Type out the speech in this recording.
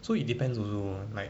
so it depends also like